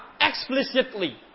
explicitly